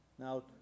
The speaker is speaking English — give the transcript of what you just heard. Now